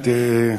מילת סיכום.